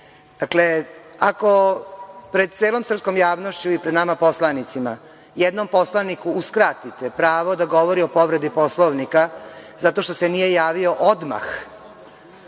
Nogo. Dakle, ako pred celom srpskom javnošću i pred nama poslanicima jednom poslaniku uskratite pravo da govori o povredi Poslovnika zato što se nije javio odmah